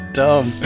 dumb